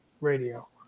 radio